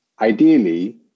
ideally